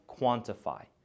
quantify